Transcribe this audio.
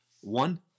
one